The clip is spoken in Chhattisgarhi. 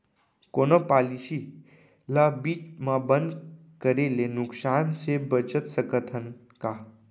कोनो पॉलिसी ला बीच मा बंद करे ले नुकसान से बचत सकत हन का?